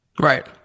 Right